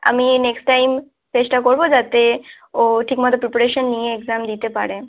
আমি next time চেষ্টা করব যাতে ও ঠিকমতো প্রিপারেশান নিয়ে এক্সাম দিতে পারে